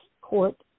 court